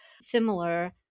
similar